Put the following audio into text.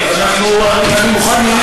אני מוכן,